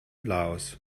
laos